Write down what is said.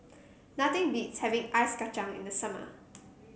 nothing beats having Ice Kachang in the summer